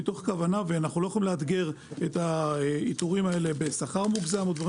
אנחנו לא יכולים לאתגר את האיתורים האלה בשכר מוגזם או דברים